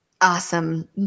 Awesome